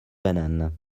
bananes